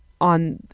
on